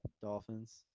Dolphins